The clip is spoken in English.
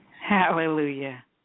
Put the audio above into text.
Hallelujah